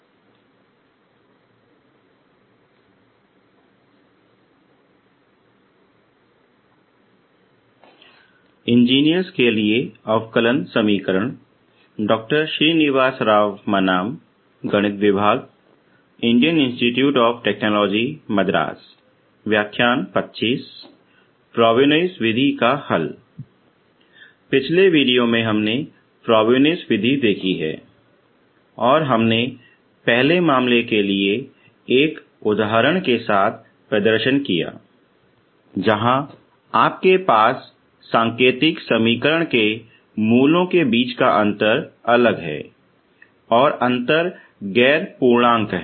Frobenius विधि का हल पिछले वीडियो में हमने फ्रॉबेनियस विधि देखी है और हमने पहले मामले के लिए एक उदाहरण के साथ प्रदर्शन किया जहां आपके पास सांकेतिक समीकरण के मूलों के बीच का अंतर अलग है और अंतर गैर पूर्णांक है